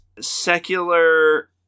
secular